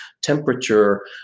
temperature